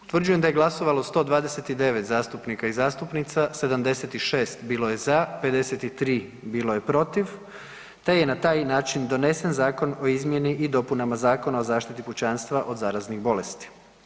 Utvrđujem da je glasovalo 129 zastupnika i zastupnica, 76 bilo je za, 53 bilo je protiv te je na taj način donesen Zakon o izmjeni i dopunama Zakona o zaštiti pučanstva od zaraznih bolesti.